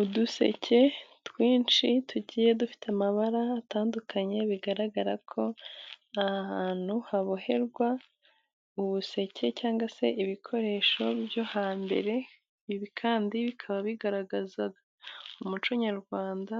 Uduseke twinshi tugiye dufite amabara atandukanye, bigaragarako ni ahantu haboherwa ubuseke cyangwa se ibikoresho byo hambere. Ibi kandi bikaba bigaragaza umuco nyarwanda